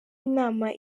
inama